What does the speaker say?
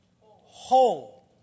whole